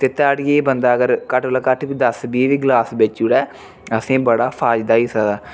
ते ध्याड़ियै दा अगर बंदा घट्ट कोला घट्ट बी दस बीह् ग्लास बेची ओड़े असेंगी बड़ा फायदा होई सकदा